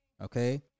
Okay